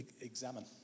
examine